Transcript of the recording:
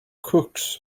cooks